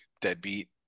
deadbeat